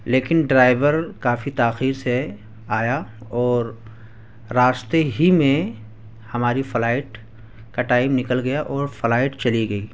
لیکن ڈرائیور کافی تاخیر سے آیا اور راستے ہی میں ہماری فلائٹ کا ٹائم نکل گیا اور فلائٹ چلی گئی